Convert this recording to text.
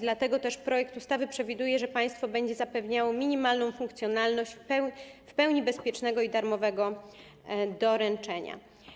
Dlatego też projekt ustawy przewiduje, że państwo będzie zapewniało minimalną funkcjonalność w pełni bezpiecznego i darmowego doręczenia.